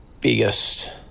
biggest